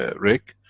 ah rick?